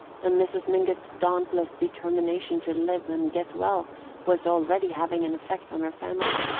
and mrs. mingott's dauntless determination to live and get well was already having an effect on her family.